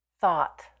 thought